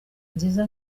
nziza